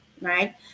right